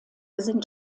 sind